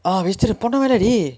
oh vegetarian பொன்ன விலை:ponna vilai dey